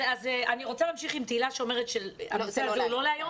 אז אני רוצה להמשיך עם תהלה שאומרת שהנושא הזה הוא לא להיום,